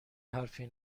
حرفی